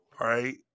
right